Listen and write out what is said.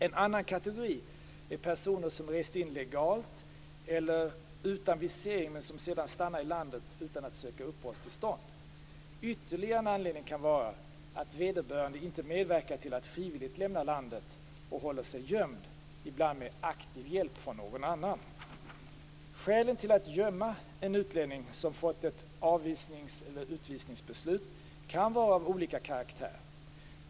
En annan kategori är personer som rest in legalt med eller utan visering men som sedan stannar i landet utan att söka uppehållstillstånd. Ytterligare en anledning kan vara att vederbörande inte medverkar till att frivilligt lämna landet och håller sig gömd, ibland med aktiv hjälp från någon annan. Skälen till att gömma en utlänning som fått ett avvisnings eller utvisningsbeslut kan vara av olika karaktär.